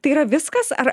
tai yra viskas ar